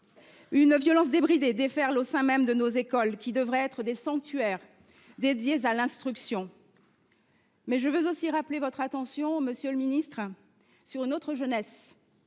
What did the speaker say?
Une violence débridée déferle au sein même de nos écoles, qui devraient être des sanctuaires dédiés à l’instruction. Mais je veux aussi attirer votre attention, monsieur le garde des sceaux, sur une autre jeunesse